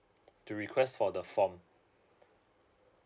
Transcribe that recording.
to request for the form